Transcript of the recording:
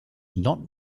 not